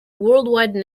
worldwide